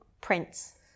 prince